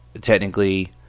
Technically